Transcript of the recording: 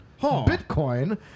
Bitcoin